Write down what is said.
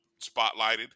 spotlighted